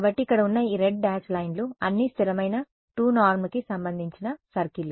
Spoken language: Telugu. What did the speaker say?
కాబట్టి ఇక్కడ ఉన్న ఈ రెడ్ డాష్ లైన్లు అన్నీ స్థిరమైన 2 నార్మ్ కి సంబంధించిన సర్కిల్లు